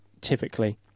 typically